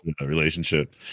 relationship